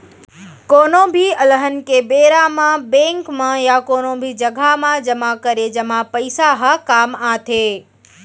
कोनो भी अलहन के बेरा म बेंक म या कोनो भी जघा म जमा करे जमा पइसा ह काम आथे